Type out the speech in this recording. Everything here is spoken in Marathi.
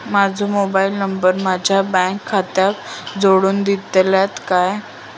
माजो मोबाईल नंबर माझ्या बँक खात्याक जोडून दितल्यात काय?